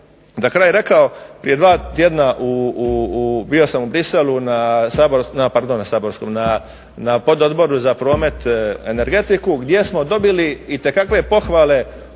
za kraj rekao, prije dva tjedna bio sam u Bruxellesu na pododboru za promet i energetiku gdje smo dobili itekakve pohvale